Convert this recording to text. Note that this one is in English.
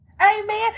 Amen